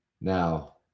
Now